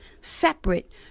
separate